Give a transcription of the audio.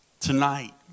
Tonight